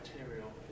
material